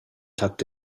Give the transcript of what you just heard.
tucked